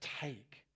take